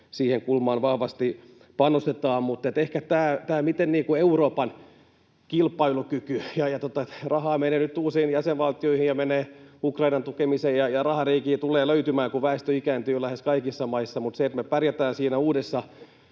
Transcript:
siihen kulmaan vahvasti panostetaan. Mutta miten käy Euroopan kilpailukyvyn? Rahaa menee nyt uusiin jäsenvaltioihin ja menee Ukrainan tukemiseen, ja rahareikiä tulee löytymään, kun väestö ikääntyy jo lähes kaikissa maissa. Se, että me pärjätään uudessa,